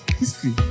History